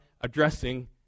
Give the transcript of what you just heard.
addressing